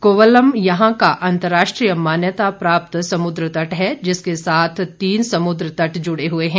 कोवलम यहां का अंतर्राष्ट्रीय मान्यता प्राप्त समुद्र तट है जिसके साथ तीन समुद्र तट जुड़े हुए हैं